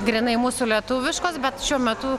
grynai mūsų lietuviškos bet šiuo metu